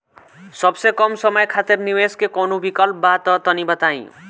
सबसे कम समय खातिर निवेश के कौनो विकल्प बा त तनि बताई?